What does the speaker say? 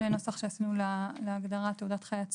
הנוסח שעשינו להגדרה "תעודת חיית סיוע"